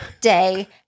day